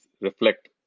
reflect